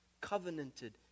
covenanted